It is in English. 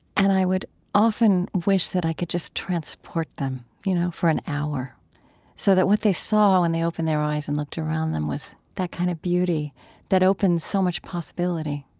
and i would often wish that i could just transport them you know for an hour so that what they saw when they opened their eyes and looked around them was that kind of beauty that opens so much possibility.